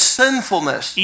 sinfulness